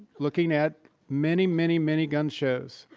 looking at many, many, many gun shows.